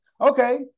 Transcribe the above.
Okay